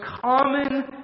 common